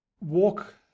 walk